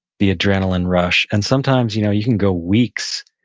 the adrenaline rush, and sometimes you know you can go weeks,